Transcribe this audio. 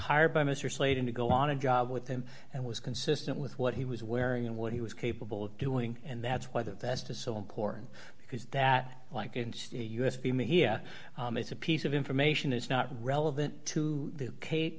hired by mr slated to go on a job with them and was consistent with what he was wearing and what he was capable of doing and that's why the vest is so important because that like u s b me here it's a piece of information it's not relevant to